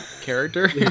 character